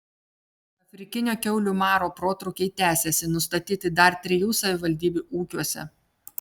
afrikinio kiaulių maro protrūkiai tęsiasi nustatyti dar trijų savivaldybių ūkiuose